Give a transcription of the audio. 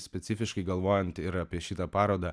specifiškai galvojant ir apie šitą parodą